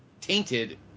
tainted